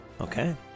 Okay